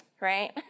right